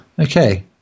Okay